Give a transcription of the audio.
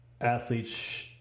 athletes